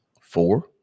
four